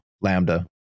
Lambda